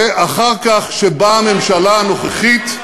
ואחר כך, כשבאה הממשלה הנוכחית,